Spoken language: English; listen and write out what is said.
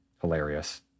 hilarious